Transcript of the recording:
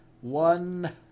one